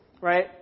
right